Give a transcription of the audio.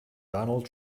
donald